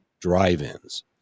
drive-ins